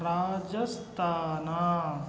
Rajasthan